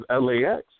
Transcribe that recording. LAX